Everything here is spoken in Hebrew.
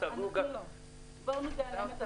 בואו נודה על האמת,